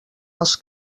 als